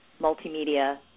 multimedia